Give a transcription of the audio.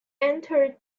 entered